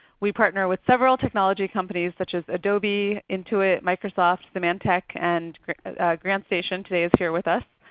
we partner with several technology companies such as adobe, intuit, microsoft, symantec, and grantstation today is here with us.